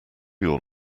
your